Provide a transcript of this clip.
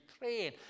Ukraine